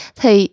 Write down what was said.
thì